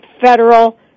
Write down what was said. federal